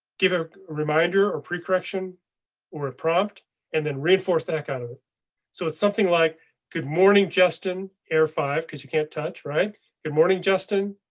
give a reminder or pre correction or a prompt and then reinforce that out of it so it's something like good morning justin air five cause you can't touch right good morning justin.